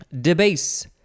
Debase